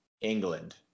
England